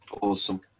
Awesome